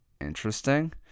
interesting